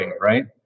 right